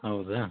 ಹೌದಾ